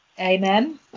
Amen